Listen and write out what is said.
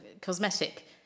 cosmetic